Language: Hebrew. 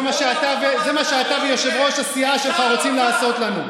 זה מה שאתה ויושב-ראש הסיעה שלך רוצים לעשות לנו.